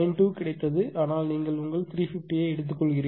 92 கிடைத்தது ஆனால் நீங்கள் உங்கள் 350 ஐ எடுத்துக்கொள்கிறீர்கள்